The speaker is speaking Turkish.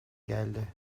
geldi